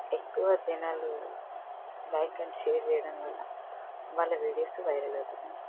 ఎక్కువ జనాలు like and share చేయడం వల్ల వాళ్ళ వీడియోస్ వైరల్ అవుతున్నాయి